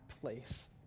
place